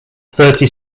thirty